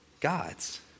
gods